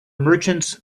merchants